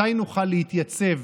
מתי נוכל להתייצב